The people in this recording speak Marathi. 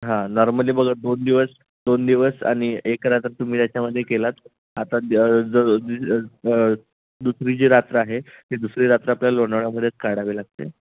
हां नॉर्मली बघा दोन दिवस दोन दिवस आणि एक रात्र तुम्ही याच्यामध्ये केलात आता ज ज जी दुसरी जी रात्र आहे ती दुसरी रात्र आपल्याला लोणावळ्यामध्येच काढावी लागते